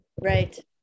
Right